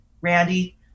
Randy